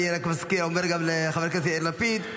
אני רק אומר גם לחבר הכנסת יאיר לפיד,